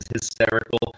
hysterical